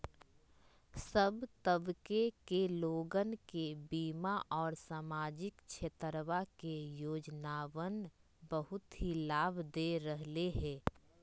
सब तबके के लोगन के बीमा और सामाजिक क्षेत्रवा के योजनावन बहुत ही लाभ दे रहले है